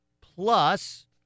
Plus